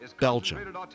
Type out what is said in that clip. Belgium